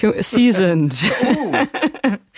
Seasoned